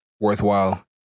worthwhile